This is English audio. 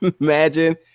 imagine